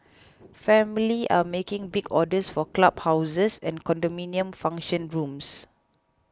family are making big orders for club houses and condominium function rooms